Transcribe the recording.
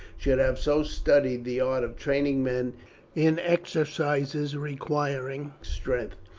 should have so studied the art of training men in exercises requiring strength.